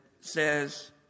says